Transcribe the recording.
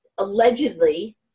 Allegedly